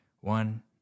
one